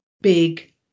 big